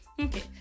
okay